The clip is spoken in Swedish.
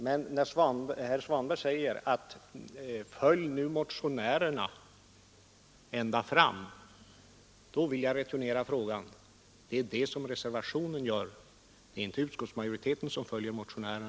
Men när herr Svanberg säger att jag skall följa motionärerna ända fram, vill jag returnera uppmaningen med att säga: Ja, det är just det reservanterna gör — det gör inte utskottsmajoriteten.